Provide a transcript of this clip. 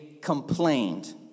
complained